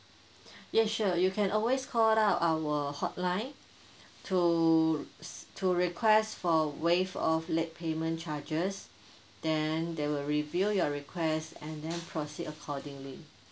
yes sure you can always call out our hotline to s~ to request for waive of late payment charges then they will review your request and then proceed accordingly